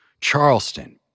Charleston